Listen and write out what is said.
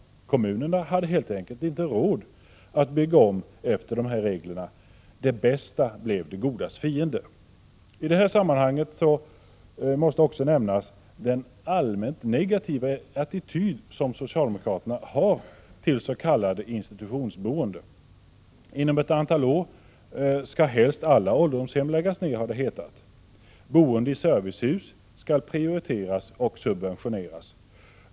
Kommunerna hade helt enkelt inte råd att bygga om efter dessa regler. Det bästa blev det godas fiende. I detta sammanhang måste jag också nämna den allmänt negativa attityd som socialdemokraterna har till s.k. institutionsboende. Inom ett antal år skall helst alla ålderdomshem läggas ner, har det hetat. Boende i servicehus skall prioriteras och subventioneras.